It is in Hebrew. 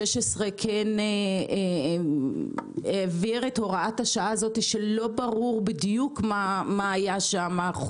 ב-2016 העביר את הוראת השעה הזאת שלא ברור בדיוק מה היה שם.